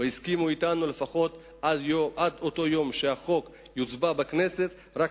והסכימו אתנו לפחות שעד אותו יום שהכנסת תצביע על החוק,